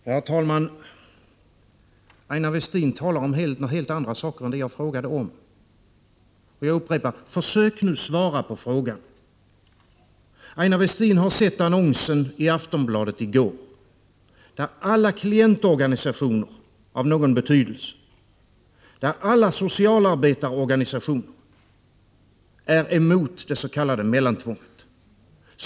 Herr talman! Aina Westin talar om helt andra saker än det jag frågade om. Jag upprepar frågan, och försök nu svara på den! Aina Westin har sett annonsen i Aftonbladet i går, där alla klientorganisationer av någon betydelse och alla socialarbetarorganisationer är emot det s.k. mellantvånget.